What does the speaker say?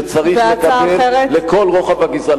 שצריך לקבל לכל רוחב הגזרה.